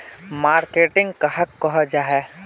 Marketing कहाक को जाहा?